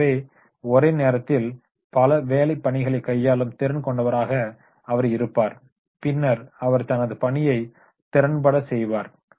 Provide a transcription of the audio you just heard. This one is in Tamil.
ஆகவே ஒரே நேரத்தில் பல வேலை பணிகளை கையாளும் திறன் கொண்டவராக அவர் இருப்பார் பின்னர் அவர் தனது பணியை திறன்பட செய்வார்